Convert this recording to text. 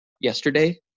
yesterday